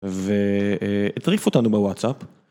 והטריף אותנו בוואטסאפ.